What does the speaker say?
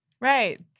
Right